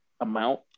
amount